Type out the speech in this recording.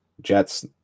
Jets